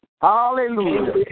Hallelujah